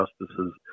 justices